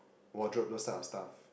wardrobe those type of stuff